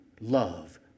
love